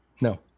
No